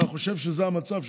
אתה חושב שזה המצב,